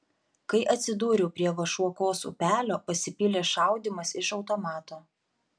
kai atsidūriau prie vašuokos upelio pasipylė šaudymas iš automato